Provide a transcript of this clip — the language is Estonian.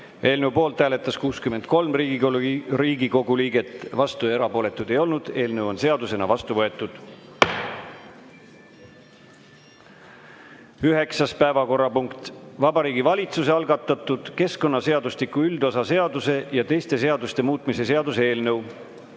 Eelnõu poolt hääletas 63 Riigikogu liiget, vastuolijaid ega erapooletuid ei olnud. Eelnõu on seadusena vastu võetud. Üheksas päevakorrapunkt on Vabariigi Valitsuse algatatud keskkonnaseadustiku üldosa seaduse ja teiste seaduste muutmise seaduse eelnõu